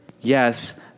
Yes